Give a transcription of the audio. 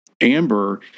Amber